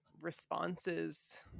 responses